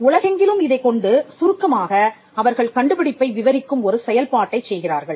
உலகெங்கிலும் இதைக் கொண்டு சுருக்கமாக அவர்கள் கண்டுபிடிப்பை விவரிக்கும் ஒரு செயல்பாட்டைச் செய்கிறார்கள்